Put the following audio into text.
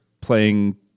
playing